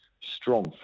strong